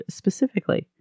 specifically